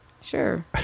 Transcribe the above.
Sure